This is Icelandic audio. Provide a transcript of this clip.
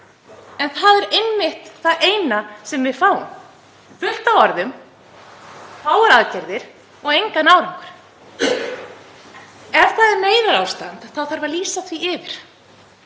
En það er einmitt það eina sem við fáum: Fullt af orðum, fáar aðgerðir og engan árangur. Ef það er neyðarástand þá þarf að lýsa því yfir